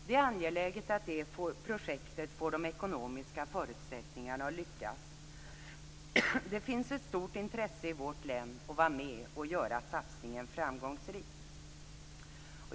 Det är angeläget att det projektet får de ekonomiska förutsättningarna att lyckas. Det finns ett stort intresse i vårt län för att vara med och göra satsningen framgångsrik.